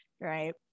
right